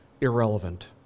irrelevant